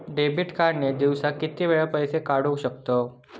Debit card ने दिवसाला किती वेळा पैसे काढू शकतव?